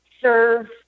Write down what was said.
serve